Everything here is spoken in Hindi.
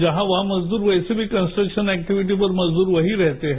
जहां वहां मजदूर वैसे भी कन्सट्रक्शन एक्टिविटीज पर मजदूर वहीं रहते हैं